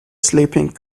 sleeping